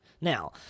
Now